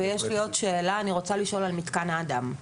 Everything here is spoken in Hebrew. ויש לי עוד שאלה, אני רוצה לשאול על מתקן אדם.